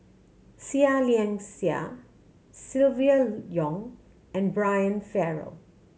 Seah Liang Seah Silvia Yong and Brian Farrell